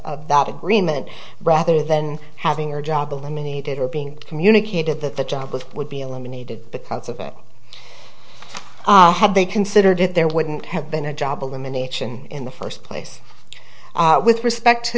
of that agreement rather than having your job eliminated or being communicated that the job of would be eliminated because of it had they considered it there wouldn't have been a job elimination in the first place with respect to